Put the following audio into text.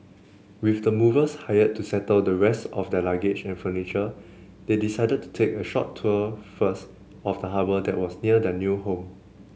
with the movers hired to settle the rest of their luggage and furniture they decided to take a short tour first of the harbour that was near their new home